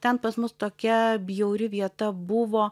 ten pas mus tokia bjauri vieta buvo